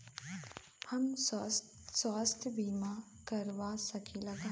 हम स्वास्थ्य बीमा करवा सकी ला?